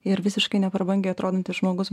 ir visiškai neprabangiai atrodantis žmogus